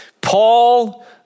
Paul